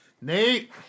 Nate